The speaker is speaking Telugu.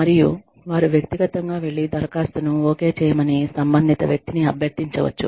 మరియు వారు వ్యక్తిగతంగా వెళ్లి దరఖాస్తును ఒకే చేయమని సంబంధిత వ్యక్తిని అభ్యర్థించవచ్చు